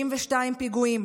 32 פיגועים,